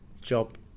job